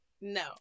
no